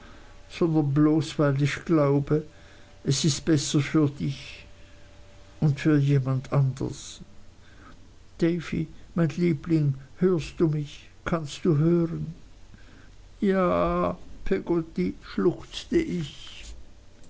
sondern bloß weil ich glaube es ist besser für dich und für jemand anders davy mein liebling hörst du mich kannst du hören jaaaa peggotty schluchzte ich